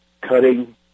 Cutting